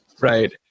right